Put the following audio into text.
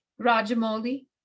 Rajamoli